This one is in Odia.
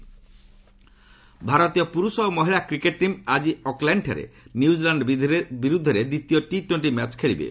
ଟି ଟୋଣ୍ଟି କ୍ରିକେଟ୍ ଭାରତୀୟ ପୁରୁଷ ଓ ମହିଳା କ୍ରିକେଟ୍ ଟିମ୍ ଆଜି ଅକ୍ଲ୍ୟାଣ୍ଡଠାରେ ନ୍ୟୁଜିଲାଣ୍ଡ ବିରୁଦ୍ଧରେ ଦ୍ୱିତୀୟ ଟି ଟୋଣ୍ଟି ମ୍ୟାଚ୍ ଖେଳିବେ